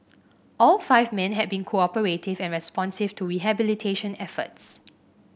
all five men had been cooperative and responsive to rehabilitation efforts